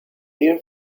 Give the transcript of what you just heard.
beer